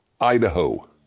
Idaho